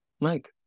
Mike